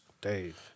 Dave